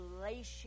relationship